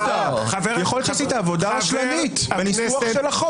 --- יכול להיות שעשית עבודה רשלנית בניסוח של החוק.